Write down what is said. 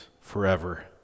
forever